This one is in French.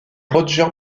roger